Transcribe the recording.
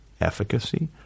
efficacy